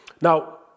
Now